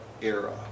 era